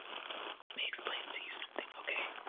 me explain to you something, okay?